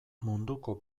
munduko